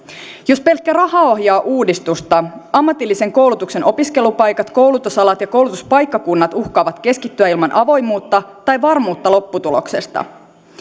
jos pelkkä raha ohjaa uudistusta ammatillisen koulutuksen opiskelupaikat koulutusalat ja koulutuspaikkakunnat uhkaavat keskittyä ilman avoimuutta tai varmuutta lopputuloksesta